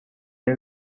این